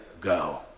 go